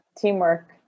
Teamwork